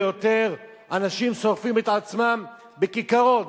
אנשים שורפים את עצמם בכיכרות,